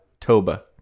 Toba